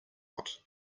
not